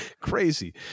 crazy